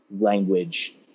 language